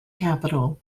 capital